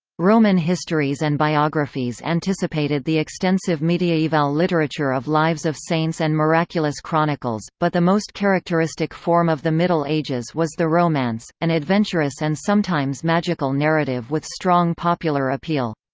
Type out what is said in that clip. roman histories and biographies anticipated the extensive mediaeval literature of lives of saints and miraculous chronicles, but the most characteristic form of the middle ages was the romance, an adventurous and sometimes magical narrative with strong popular appeal.